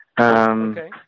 Okay